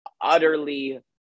utterly